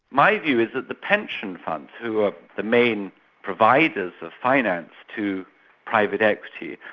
my view is that the pension funds, who are the main providers of finance to private equity,